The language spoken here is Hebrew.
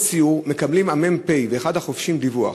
בזמן סיור מקבלים המ"פ ואחד החובשים דיווח